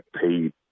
paid